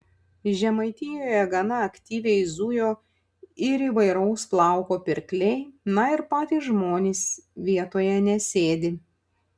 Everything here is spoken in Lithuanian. žemaitijoje gana aktyviai zujo ir įvairaus plauko pirkliai na ir patys žmonės vietoje nesėdi